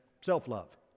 self-love